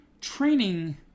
training